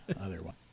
otherwise